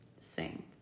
Sing